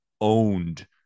owned